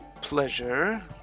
pleasure